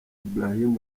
ibrahim